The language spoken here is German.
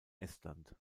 estland